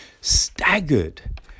staggered